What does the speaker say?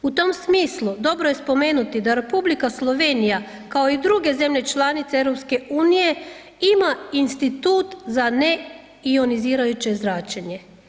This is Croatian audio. U tom smislu dobro je spomenuti da Republika Slovenija kao i druge zemlje članice EU ima institut za neionizirajuće zračenje.